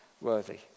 worthy